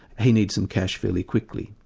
he needs some cash fairly quickly,